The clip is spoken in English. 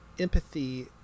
empathy